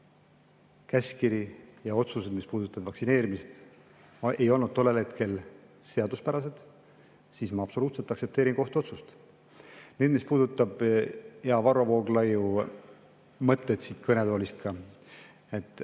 käskkiri ja otsused, mis puudutasid vaktsineerimist, ei olnud tollel hetkel seaduspärased, siis ma absoluutselt aktsepteerin kohtu otsust. Nüüd, mis puudutab Varro Vooglaiu mõtteid siit kõnetoolist.